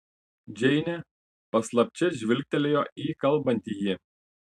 džeinė paslapčia žvilgtelėjo į kalbantįjį